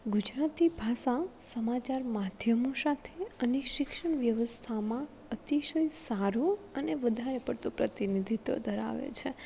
ગુજરાતી ભાષા સમાચાર માધ્યમો સાથે અને શિક્ષણ વ્યવસ્થામાં અતિશય સારું અને વધારે પડતું પ્રતિનિધિત્ત્વ ધરાવે છે